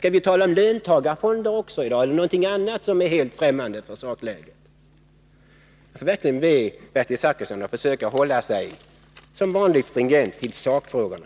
Skall vi tala om löntagarfonder också i dag eller någonting annat som är helt främmande för sakläget? Jag får verkligen be Bertil Zachrisson att försöka att hålla sig som vanligt stringent till sakfrågorna.